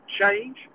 change